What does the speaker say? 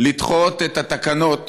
לדחות את התקנות